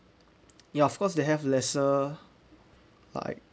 ya of course they have lesser like